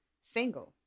single